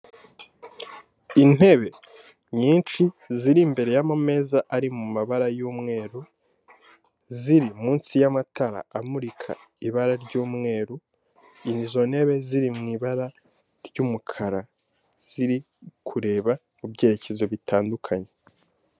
Intebe nyinshi ziri imbere y'amameza ari mumabara y'umweru ziri munsi y'amatara amurika ibara ry'umweru izo ntebe ziri mu ibara ry'umukara ziri kureba mu byerekezo bitandukanye.